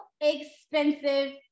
expensive